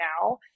now